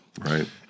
right